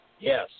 Yes